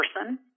person